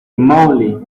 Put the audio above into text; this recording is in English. moly